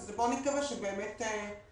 אז בוא נקווה שבאמת זה יקרה.